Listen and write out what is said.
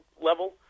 level